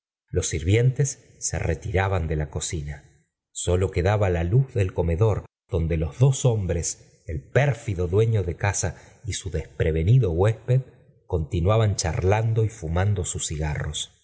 los sirvientes se retiraban de la cocina sólo quedaba la luz del comedor donde los dos hombres el pérfido dueño de casa y su desprevenido huésped continuaban charlando y fumando sus cigarros